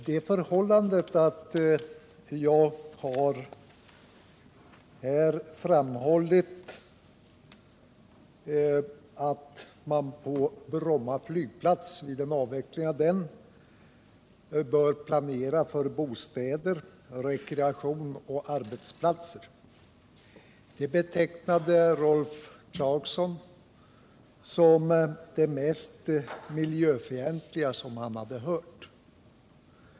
Herr talman! Att jag här har framhållit att man vid en avveckling av Bromma flygplats bör planera för bostäder, rekreation och arbetsplatser, det betecknade Rolf Clarkson som det mest miljöfientliga som han hade hört.